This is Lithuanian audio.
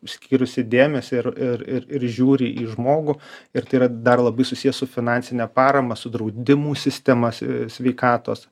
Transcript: skyrusi dėmesį ir ir ir ir žiūri į žmogų ir tai yra dar labai susiję su finansine parama su draudimų sistemas sveikatos